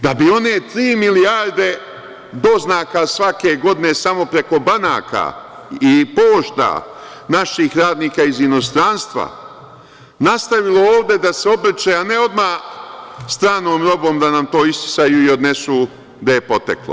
Da bi one tri milijarde doznaka svake godine samo preko banaka i pošta naših radnika iz inostranstva nastavilo ovde da se obrće, a ne odmah da nam stranom nogom to isisaju i odnesu gde je poteklo.